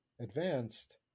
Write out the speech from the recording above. advanced